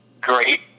great